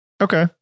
Okay